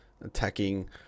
attacking